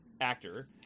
actor